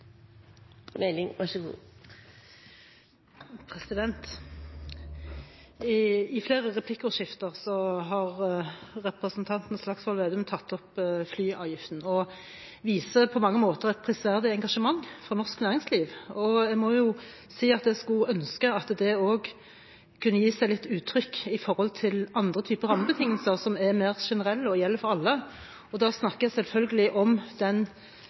president. Representanten Trygve Slagsvold Vedum har tatt opp forslagene fra Senterpartiet. Det blir replikkordskifte. I flere replikkordskifter har representanten Slagsvold Vedum tatt opp flyseteavgiften og viser på mange måter et prisverdig engasjement for norsk næringsliv. Jeg må si jeg skulle ønske at det også kunne gi seg litt uttrykk i tilknytning til andre typer rammebetingelser som er mer generelle og gjelder for alle. Da snakker jeg selvfølgelig om den